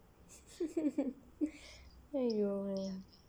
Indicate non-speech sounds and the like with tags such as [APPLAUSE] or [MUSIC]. [LAUGHS] !aiyo!